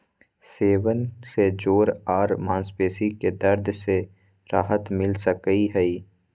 सेवन से जोड़ आर मांसपेशी के दर्द से राहत मिल सकई हई